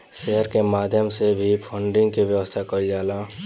share के माध्यम से भी फंडिंग के व्यवस्था कईल जाला